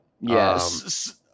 Yes